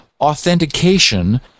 authentication